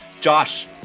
josh